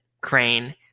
crane